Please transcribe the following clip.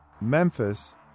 Memphis